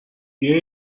بیا